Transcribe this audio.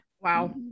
Wow